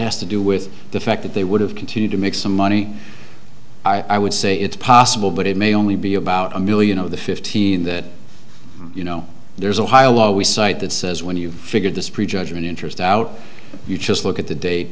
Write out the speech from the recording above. has to do with the fact that they would have continued to make some money i would say it's possible but it may only be about a million over the fifteen that you know there's a high a low we site that says when you've figured this prejudgment interest out you just look at the da